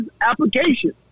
application